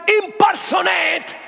impersonate